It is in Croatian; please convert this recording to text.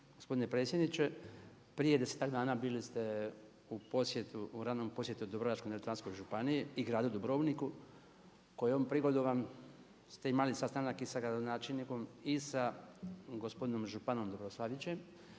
Gospodine predsjedniče, prije desetak dana bili ste u posjetu, u radnom posjetu Dubrovačko-neretvanskoj županiji i gradu Dubrovniku kojom prigodom ste imali sastanak i sa gradonačelnikom i sa gospodinom županom Dobroslavićem,